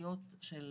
המרכזיות של